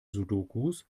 sudokus